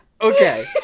Okay